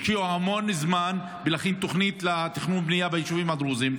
השקיעו המון זמן בלהכין תוכנית לתכנון ובנייה ביישובים הדרוזיים.